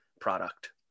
product